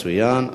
מצוין.